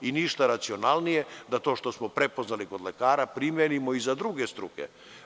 Ništa racionalnije da to što smo prepoznali kod lekara primenimo i na druge struke.